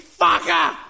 fucker